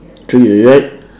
three already right